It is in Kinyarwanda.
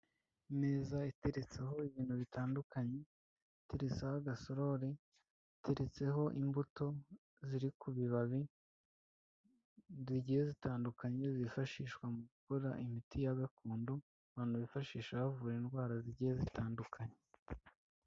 Imeza iteretseho ibintu bitandukanye, iteretseho agasorori, iteretseho imbuto ziri ku bibabi, zigiye zitandukanye zifashishwa mu gukora imiti ya gakondo, abantu bifashisha bavura indwara zigiye zitandukanye.